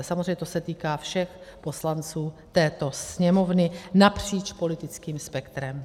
Samozřejmě to se týká všech poslanců této Sněmovny napříč politickým spektrem.